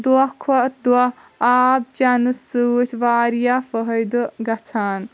دۄہ کھۄتہ دۄہ آب چٮ۪نہٕ سۭتۍ واریاہ فٲیدٕ گژھان